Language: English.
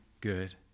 good